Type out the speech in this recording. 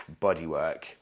bodywork